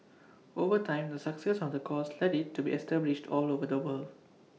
over time the success of the course led IT to be established all over the world